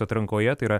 atrankoje tai yra